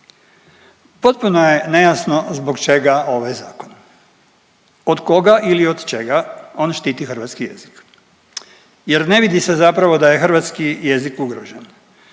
Potpuno je nejasno zbog čega ovaj zakon, od koga ili od čega on štiti hrvatski jezik jer ne vidi se zapravo da je hrvatski jezik ugrožen,